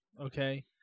okay